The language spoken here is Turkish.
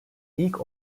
ilk